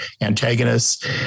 antagonists